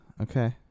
Okay